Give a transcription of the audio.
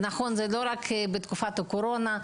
נכון, זה לא רק בתקופת הקורונה.